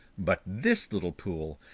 but this little pool,